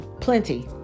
plenty